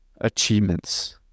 achievements